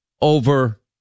over